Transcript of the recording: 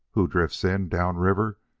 who drifts in, down river,